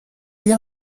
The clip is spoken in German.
die